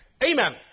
Amen